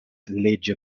leĝe